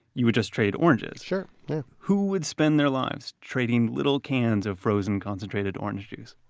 you would just trade oranges sure, yeah who would spend their lives trading little cans of frozen concentrated orange juice?